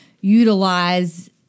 utilize